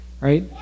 right